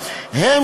(המרה),